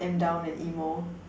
am down and emo